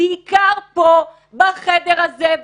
בעיקר פה, בחדר הזה.